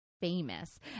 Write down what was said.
famous